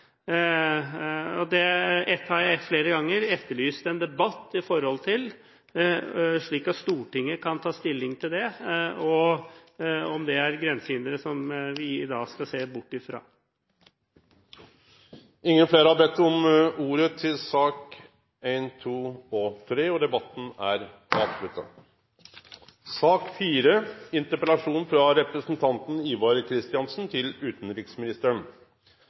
Det har jeg flere ganger etterlyst en debatt om, slik at Stortinget kan ta stilling til det, og om det er grensehindre som vi skal se bort fra. Fleire har ikkje bedt om ordet til sakene nr. 1–3. Arktis er raskt blitt en region som har tiltatt seg betydelig politisk og